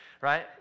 Right